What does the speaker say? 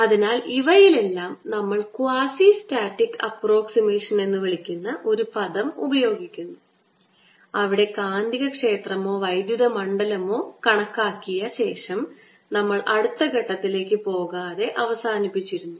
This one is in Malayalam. അതിനാൽ ഇവയിലെല്ലാം നമ്മൾ ക്വാസിസ്റ്റാറ്റിക് അപ്പ്രൊക്സിമേഷൻ എന്ന് വിളിക്കുന്ന ഒരു പദം ഉപയോഗിക്കുന്നു അവിടെ കാന്തികക്ഷേത്രമോ വൈദ്യുത മണ്ഡലമോ കണക്കാക്കിയ ശേഷം നമ്മൾ അടുത്ത ഘട്ടത്തിലേക്ക് പോകാതെ അവസാനിപ്പിച്ചിരുന്നു